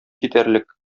китәрлек